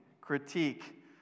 critique